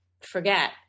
forget